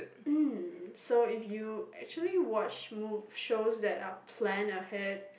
mm so if you actually watch mov~ shows that are plan ahead